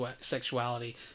sexuality